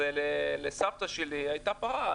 לסבתא שלי הייתה פרה,